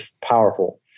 powerful